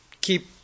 keep